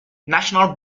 national